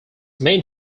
main